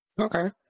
Okay